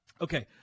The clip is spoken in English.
Okay